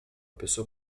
pessoa